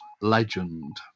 legend